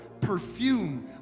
perfume